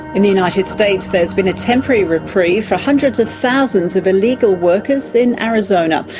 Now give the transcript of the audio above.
in the united states there's been a temporary reprieve for hundreds of thousands of illegal workers in arizona.